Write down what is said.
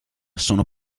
sono